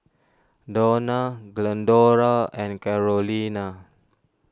Dawna Glendora and Carolina